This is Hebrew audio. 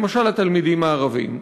למשל התלמידים הערבים,